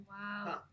Wow